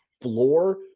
floor